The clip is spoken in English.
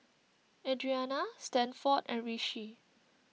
Adrianna Stanford and Rishi